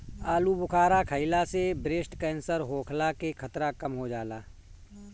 आलूबुखारा खइला से ब्रेस्ट केंसर होखला के खतरा कम हो जाला